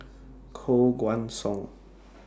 Koh Guan Song